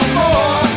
more